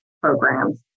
programs